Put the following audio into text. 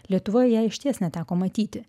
lietuvoje išties neteko matyti